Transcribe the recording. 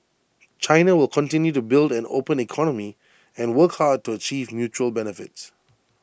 China will continue to build an open economy and work hard to achieve mutual benefits